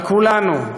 על כולנו,